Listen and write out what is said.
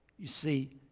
you see,